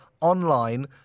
online